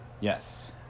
Yes